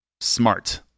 SMART